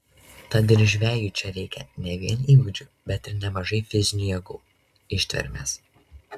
tad ir žvejui čia reikia ne vien įgūdžių bet ir nemažai fizinių jėgų ištvermės